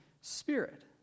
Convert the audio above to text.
Spirit